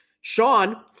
Sean